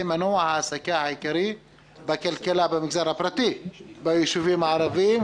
זה מנוע ההעסקה העיקרי בכלכלה במגזר הפרטי בישובים הערביים.